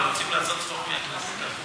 אבל רוצים לעשות צחוק מהכנסת אז,